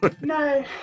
No